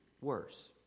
worse